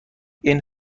این